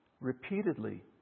repeatedly